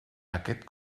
aquest